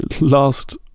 last